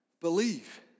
Believe